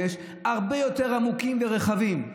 הרבה יותר עמוקים ורחבים,